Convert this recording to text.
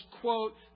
quote